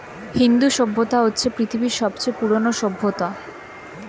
হিন্দু সভ্যতা হচ্ছে পৃথিবীর সবচেয়ে পুরোনো সভ্যতা